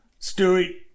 Stewie